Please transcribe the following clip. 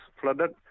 flooded